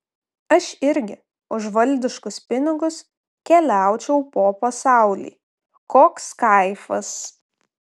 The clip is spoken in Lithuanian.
aš irgi už valdiškus pinigus keliaučiau po pasaulį koks kaifas